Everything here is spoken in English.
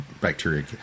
bacteria